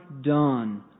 done